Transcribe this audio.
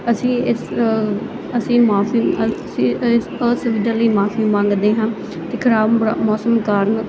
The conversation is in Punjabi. ਅਸੀਂ ਇਸ ਅਸੀਂ ਮਾਫ਼ੀ ਅਸੀਂ ਇਸ ਅਸੁਵਿਧਾ ਲਈ ਮਾਫ਼ੀ ਮੰਗਦੇ ਹਾਂ ਕਿ ਖਰਾਬ ਮ ਮੌਸਮ ਕਾਰਨ